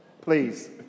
Please